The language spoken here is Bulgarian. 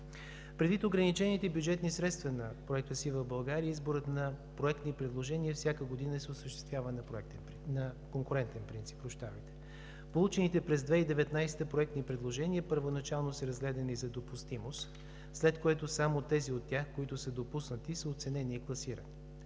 Предвид ограничените бюджетни средства на Проект „Красива България“ изборът на проектни предложения всяка година се осъществява на конкурентен принцип. Получените през 2019 г. проектни предложения първоначално са разгледани за допустимост, след което само тези от тях, които са допуснати, са оценени и класирани.